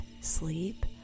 sleep